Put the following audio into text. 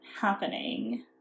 happening